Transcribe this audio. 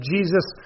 Jesus